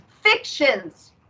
fictions